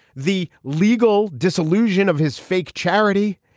the legal disillusion of his fake charity.